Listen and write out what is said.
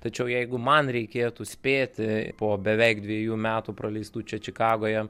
tačiau jeigu man reikėtų spėti po beveik dviejų metų praleistų čia čikagoje